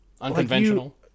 Unconventional